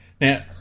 Now